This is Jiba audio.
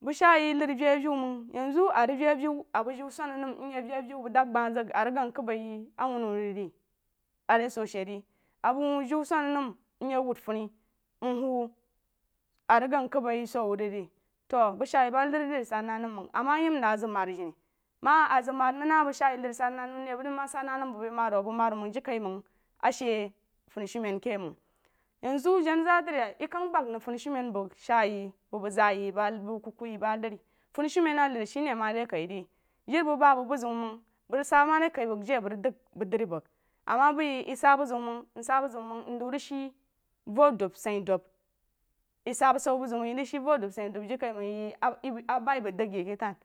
bəg shaa yí narí venvew məng yen zu rig yeavew a bəg jiu swana nəm nye veavew bəg dam gba zəg a rəg gəng kəm bai awun wu ri a re so she re a wuu jiu swang nəm nye wud funi nhuu a rig gəng kəb bai su wuh rig re to bəg shaa ye ba nari lari sa na nən məng ama yem rig a zəg mad a gen məng a zəg mad məng na məng shaa nari sa nəm re bəg ma sa nəm bəg bai mad wuh məng jirikai məng a she funisumen ke məng yen zu janazadri yah ye kəg bəg nəg funisumen bəgshaa ye bəu zaa ye ma maari bəu bəh kuku ye ba nari funisumen a nari she ne ma de kai re jiri bəg ba bəg bu ziu məng məg rəg sa ma re kai məg jei dəg mu dri bəg ama beiye ye sa buziu məng nsa buziu məng nziu rig she vo ye dub sahye dub ye sabusaw bu ziu məng ye rig she vo dub sahye dub jirikaiməng ye a bai məg dəg ye.